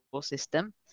system